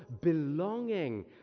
belonging